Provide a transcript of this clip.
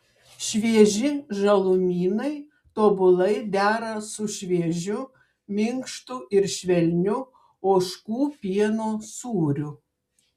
švieži žalumynai tobulai dera su šviežiu minkštu ir švelniu ožkų pieno sūriu